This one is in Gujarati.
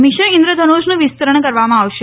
મિશન ઇંદ્ર્ધનુષ્ નું વિસ્તરણ કરવામાં આવશે